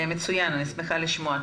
מצוין, אני שמחה לשמוע.